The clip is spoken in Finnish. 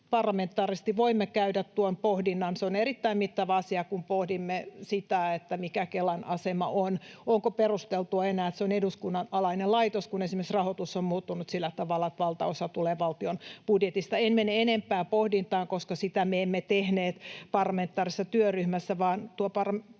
parlamentaarisesti voimme käydä tuon pohdinnan. Se on erittäin mittava asia, kun pohdimme sitä, mikä Kelan asema on: onko perusteltua enää, että se on eduskunnan alainen laitos, kun esimerkiksi rahoitus on muuttunut sillä tavalla, että valtaosa tulee valtion budjetista. En mene enempää pohdintaan, koska sitä me emme tehneet parlamentaarisessa työryhmässä, vaan tuo parlamentaarinen